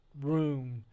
room